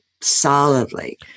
solidly